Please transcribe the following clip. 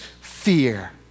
fear